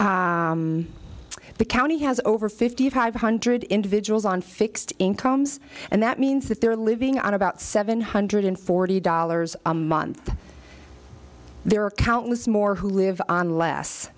the county has over fifty five hundred individuals on fixed incomes and that means that they're living on about seven hundred forty dollars a month there are countless more who live on less